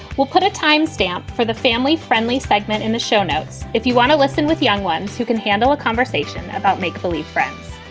we'll put a time stamp for the family friendly segment in the show notes. if you want to listen with young ones who can handle a conversation about make believe friends.